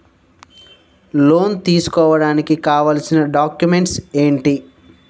Loan తీసుకోడానికి కావాల్సిన documents ఎంటి?